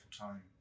time